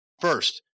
First